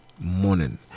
morning